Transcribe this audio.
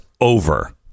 over